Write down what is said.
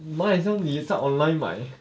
my as well 你在 online 买